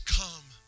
come